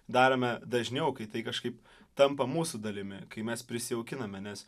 darome dažniau kai tai kažkaip tampa mūsų dalimi kai mes prisijaukiname nes